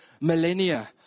millennia